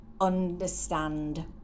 understand